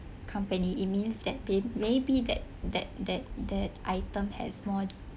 company it means that pa~ maybe that that that that item has more